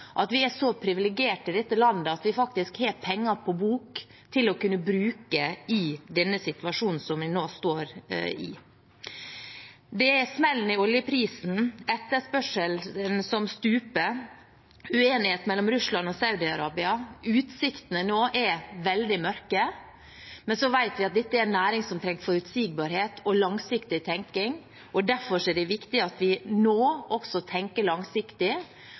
at vi er så privilegerte i dette landet at vi faktisk har penger på bok å kunne bruke i den situasjonen som vi nå står i. Det er smell i oljeprisen, etterspørsel som stuper, uenighet mellom Russland og Saudi-Arabia – utsiktene nå er veldig mørke. Men så vet vi at dette er en næring som trenger forutsigbarhet og langsiktig tenking, og derfor er det viktig at vi nå også tenker